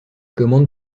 commandes